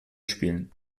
spielen